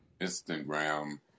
instagram